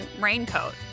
raincoat